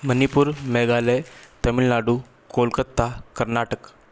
Manipur Meghalaya Tamil Nadu Kolkata Karnataka